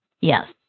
Yes